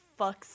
fucks